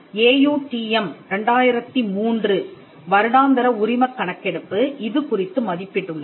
AUTM 2003 வருடாந்திர உரிமக் கணக்கெடுப்பு இது குறித்து மதிப்பிட்டுள்ளது